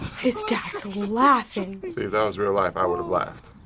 his dad's laughing. see, if that was real life, i would've laughed.